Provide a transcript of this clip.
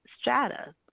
strata